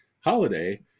Holiday